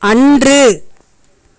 அன்று